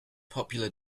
popular